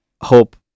hope